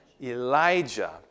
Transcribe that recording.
Elijah